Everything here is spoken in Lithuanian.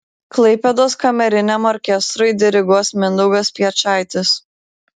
klaipėdos kameriniam orkestrui diriguos mindaugas piečaitis